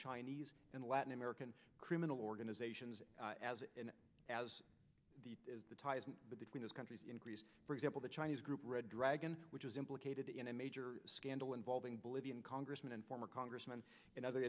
chinese and latin american criminal organizations as as the ties between those countries increase for example the chinese group red dragon which is implicated in a major scandal involving bolivian congressman and former congressman and other